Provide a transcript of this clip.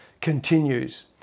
continues